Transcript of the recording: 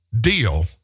deal